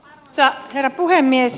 arvoisa herra puhemies